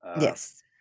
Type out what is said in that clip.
Yes